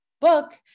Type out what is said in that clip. book